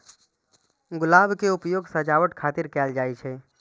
गुलाब के उपयोग सजावट खातिर कैल जाइ छै